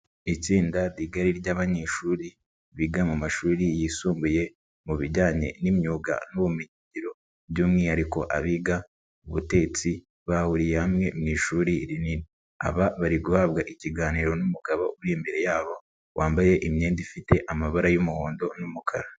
Itsinda rigari ry'abanyeshuri biga mu mashuri yisumbuye mu bijyanye n'imyuga n'ubumenyingiro, by'umwihariko abiga ubutetsi, bahuriye hamwe mu ishuri rinini, aba bari guhabwa ikiganiro n'umugabo uri imbere yabo, wambaye imyenda ifite amabara y'umuhondo n'umukara.